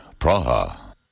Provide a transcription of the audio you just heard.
Praha